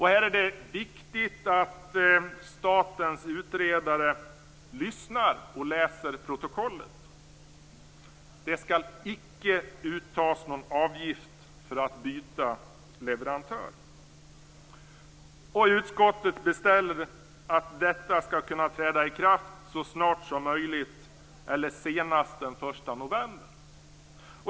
Här är det viktigt att statens utredare lyssnar och läser protokollet. Det skall icke uttas någon avgift för att byta leverantör. Utskottet beställer att detta skall kunna träda i kraft så snart som möjligt, eller senast den 1 november.